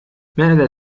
ماذا